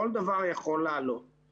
כל דבר יכול להעלות את זה.